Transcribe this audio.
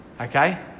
Okay